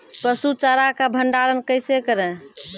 पसु चारा का भंडारण कैसे करें?